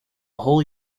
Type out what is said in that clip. whole